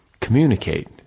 communicate